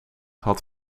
had